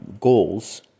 goals